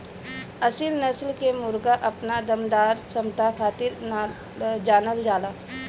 असील नस्ल के मुर्गा अपना दमदार क्षमता खातिर जानल जाला